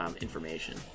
information